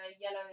yellow